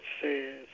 says